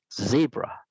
zebra